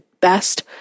best